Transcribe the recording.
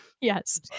yes